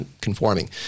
conforming